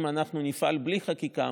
אם אנחנו נפעל בלי חקיקה,